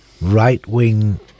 right-wing